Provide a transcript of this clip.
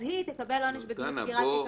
אז היא תקבל עונש בדמות סגירת תיק.